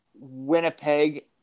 Winnipeg